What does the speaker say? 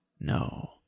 No